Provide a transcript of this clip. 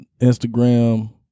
Instagram